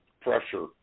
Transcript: pressure